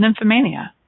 nymphomania